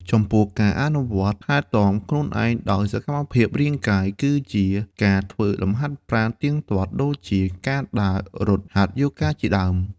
ចំពោះ ការអនុវត្តថែទាំខ្លួនឯងដោយសកម្មភាពរាងកាយ គឺជាការធ្វើលំហាត់ប្រាណទៀងទាត់ ដូចជាការដើរ រត់ ហាត់យ៉ូហ្គាជាដើម។